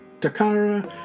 Takara